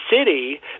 city